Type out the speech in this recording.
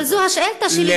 אבל זו השאילתה שלי,